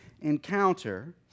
encounter